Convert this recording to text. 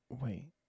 Wait